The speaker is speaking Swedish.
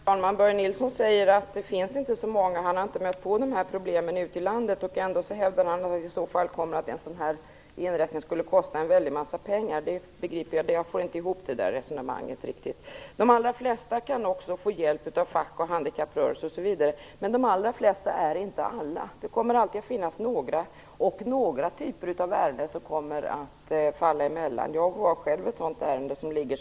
Herr talman! Börje Nilsson säger att han inte har stött på de här problemen ute i landet. Ändå hävdar han att en sådan inrättning skulle kosta en väldig massa pengar. Jag får inte ihop det resonemanget riktigt. De allra flesta kan också få hjälp av facket, handikapprörelsen osv., men de allra flesta är inte alla. Det kommer alltid att finnas några typer av ärenden som kommer att falla emellan. Jag har själv ett sådant ärende som ligger.